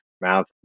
mouth